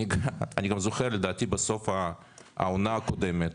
אני גם זוכר, לדעתי בסוף העונה הקודמת